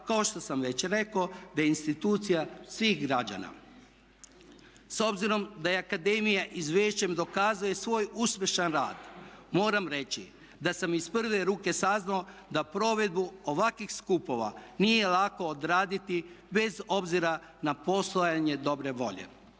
kao što sam već rekao da je institucija svih građana. S obzirom da akademija izvješćem dokazuje svoj uspješan rad moram reći da sam iz prve ruke saznao da provedbu ovakvih skupova nije lako odraditi bez obzira na postojanje dobre volje.